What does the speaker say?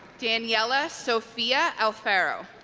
daniela sofia alfaro